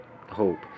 hope